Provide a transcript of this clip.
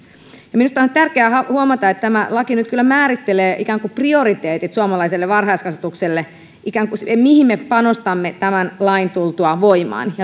minusta on tärkeää huomata että tämä laki nyt kyllä määrittelee ikään kuin prioriteetit suomalaiselle varhaiskasvatukselle ikään kuin sen mihin me panostamme tämän lain tultua voimaan